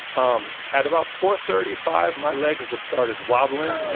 um at about four thirty five my legs just started wobbling.